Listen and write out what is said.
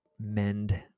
mend